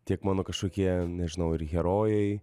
tiek mano kažkokie nežinau ir herojai